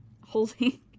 Holding